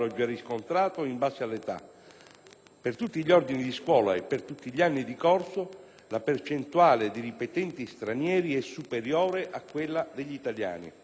per tutti gli ordini di scuola e per tutti gli anni di corso la percentuale di ripetenti stranieri è superiore a quella degli italiani. L'osservazione